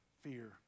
Fear